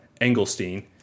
Engelstein